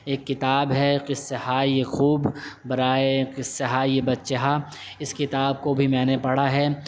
ایک کتاب ہے قصہ ہائے خوب برائے قصہ ہائے بچہ ہا اس کتاب کو بھی میں نے پڑھا ہے